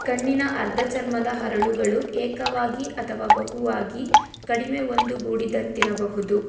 ಕಣ್ಣಿನ ಅರ್ಧ ಚರ್ಮದ ಹರಳುಗಳು ಏಕವಾಗಿ ಅಥವಾ ಬಹುವಾಗಿ ಕಡಿಮೆ ಒಂದುಗೂಡಿದಂತಿರಬಹುದು